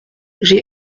j’ai